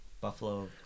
Buffalo